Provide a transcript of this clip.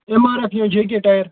M R F یا J K tyre